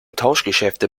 tauschgeschäfte